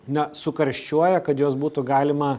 na sukarščiuoja kad juos būtų galima